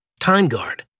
TimeGuard